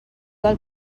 del